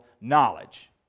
knowledge